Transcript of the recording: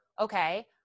okay